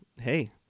hey